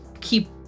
keep